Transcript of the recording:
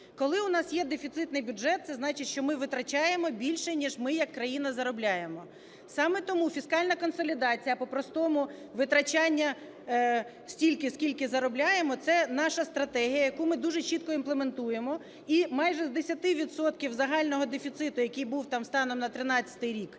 Коли у нас є дефіцитний бюджет, це значить, що ми витрачаємо більше ніж ми як країна заробляємо. Саме тому фіскальна консолідація, по-простому витрачання стільки, скільки заробляємо – це наша стратегія, яку ми дуже чітко імплементуємо, і майже з 10 відсотків загального дефіциту, який був, там, станом на 13-й рік,